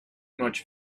much